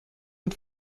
und